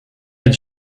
had